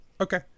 Okay